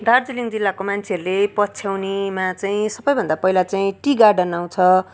दार्जिलिङ जिल्लाको मान्छेहरूले पछ्याउनेमा चाहिँ सबभन्दा पहिला चाहिँ टी गार्डन आउँछ